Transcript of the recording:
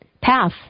path